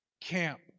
camp